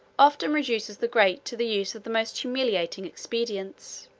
often reduces the great to the use of the most humiliating expedients.